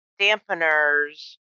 dampeners